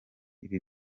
ibi